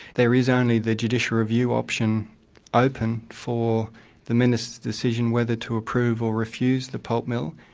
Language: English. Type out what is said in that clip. there is only the judicial review option open for the minister's decision whether to approve or refuse the pulp mill.